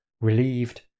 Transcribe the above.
Relieved